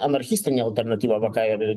anarchistinė alternatyva va ką ir